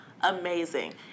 amazing